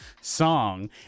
song